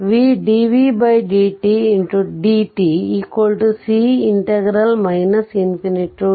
dvdtdtC tv